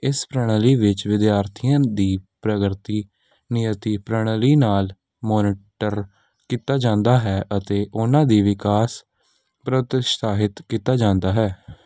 ਇਸ ਪ੍ਰਣਾਲੀ ਵਿੱਚ ਵਿਦਿਆਰਥੀਆਂ ਦੀ ਪ੍ਰਗਤੀ ਨਿਯਤੀ ਪ੍ਰਣਾਲੀ ਨਾਲ ਮੋਨੀਟਰ ਕੀਤਾ ਜਾਂਦਾ ਹੈ ਅਤੇ ਉਹਨਾਂ ਦੀ ਵਿਕਾਸ ਪ੍ਰੋਤਸ਼ਾਹਿਤ ਕੀਤਾ ਜਾਂਦਾ ਹੈ